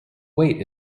weight